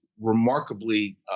remarkably